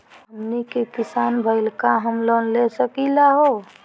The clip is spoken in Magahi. हमनी के किसान भईल, का हम लोन ले सकली हो?